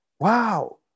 Wow